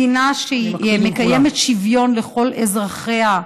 מדינה שמקיימת שוויון לכל אזרחיה,